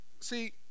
see